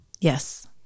Yes